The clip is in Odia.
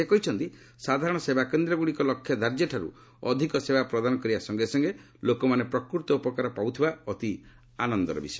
ସେ କହିଛନ୍ତି ସାଧାରଣ ସେବା କେନ୍ଦ୍ରଗୁଡ଼ିକ ଲକ୍ଷ୍ୟଧାର୍ଯ୍ୟ ଠାରୁ ଅଧିକ ସେବା ପ୍ରଦାନ କରିବା ସଙ୍ଗେ ସଙ୍ଗେ ଲୋକମାନେ ପ୍ରକୃତ ଉପକାର ପାଉଥିବା ଅତି ଆନନ୍ଦର ବିଷୟ